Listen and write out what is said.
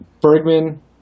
Bergman